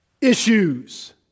issues